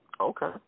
Okay